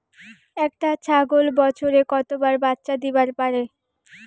একটা ছাগল বছরে কতবার বাচ্চা দিবার পারে?